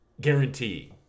guarantee